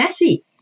messy